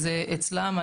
וזה אצלם,